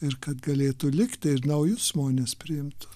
ir kad galėtų likti ir naujus žmones priimtų